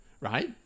Right